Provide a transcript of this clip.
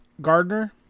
Gardner